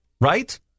right